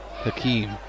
Hakeem